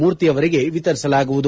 ಮೂರ್ತಿ ಅವರಿಗೆ ವಿತರಿಸಲಾಗುವುದು